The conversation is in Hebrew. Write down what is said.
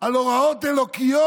על הוראות אלוקיות,